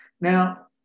Now